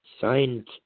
signed